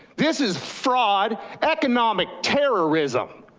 this is fraud, economic terrorism.